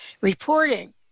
reporting